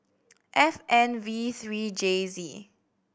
F N V three J Z